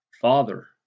Father